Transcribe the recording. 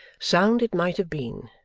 sound it might have been,